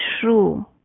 true